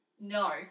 No